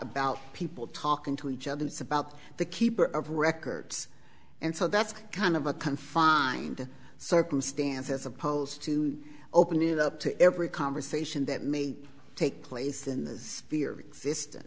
about people talking to each other it's about the keeper of records and so that's kind of a confined circumstance as opposed to opening it up to every conversation that may take place in the fear system